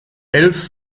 elf